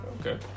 okay